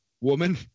woman